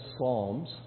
Psalms